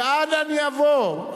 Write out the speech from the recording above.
ואנה אני אבוא?